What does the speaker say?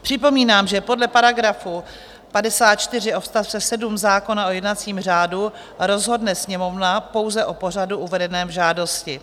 Připomínám, že podle § 54 odst. 7 zákona o jednacím řádu rozhodne Sněmovna pouze o pořadu uvedeném v žádosti.